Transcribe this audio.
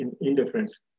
indifference